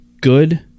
good